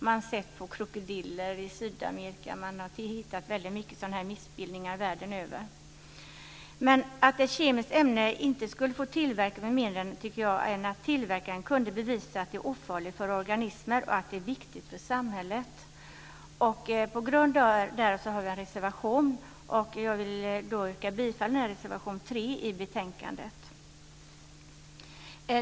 Man har sett det på krokodiler i Sydamerika, och man har hittat väldigt mycket av sådana här missbildningar världen över. Ett kemiskt ämne skulle inte få tillverkas med mindre än att tillverkaren kan bevisa att det är ofarligt för organismer och att det är viktigt för samhället. På grund av detta har vi en reservation, och jag vill yrka bifall till reservation 3 i betänkandet.